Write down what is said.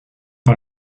par